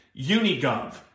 UNIGOV